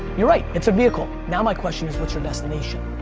you're right, it's a vehicle. now my question is, what's your destination?